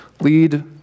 lead